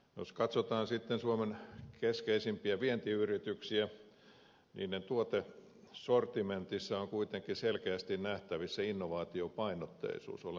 jos katsotaan sitten suomen keskeisimpiä vientiyrityksiä niin niiden tuotesortimentissa on kuitenkin selkeästi nähtävissä innovaatiopainotteisuus